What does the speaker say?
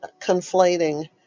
conflating